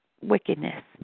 wickedness